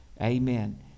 Amen